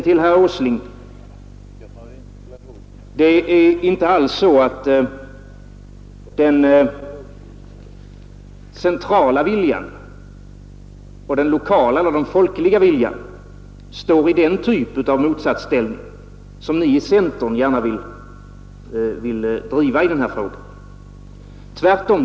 Till herr Åsling vill jag säga att det inte alls är så att den centrala viljan och den lokala eller den folkliga viljan står i den typ av motsatsställning som ni i centern gärna vill hävda är för handen i denna fråga.